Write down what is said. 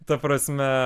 ta prasme